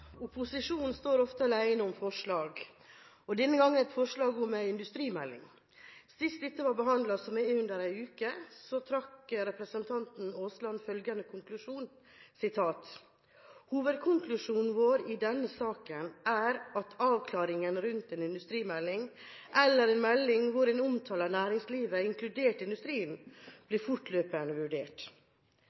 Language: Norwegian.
Opposisjonen står ofte alene om forslag, og denne gangen er det forslaget om en industrimelding. Sist dette var behandlet, som er under en uke siden, trakk representanten Aasland følgende konklusjon: «hovedkonklusjonen vår i denne saken, som er at – skal vi si – avklaringene rundt en industrimelding eller en melding hvor en omtaler næringslivet, inkludert industrien, blir fortløpende vurdert».